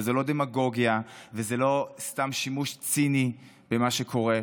וזאת לא דמגוגיה וזה לא סתם שימוש ציני במה שקורה,